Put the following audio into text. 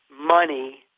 money